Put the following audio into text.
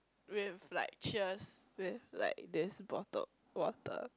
with like cheers with like this bottled water